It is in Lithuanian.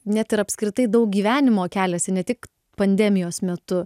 net ir apskritai daug gyvenimo keliasi ne tik pandemijos metu